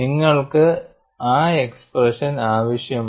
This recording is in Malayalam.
നിങ്ങൾക്ക് ആ എക്സ്പ്രഷൻ ആവശ്യമാണ്